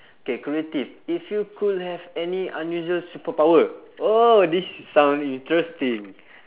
K creative if you could have any unusual superpower oh this sound interesting